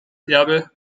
erbe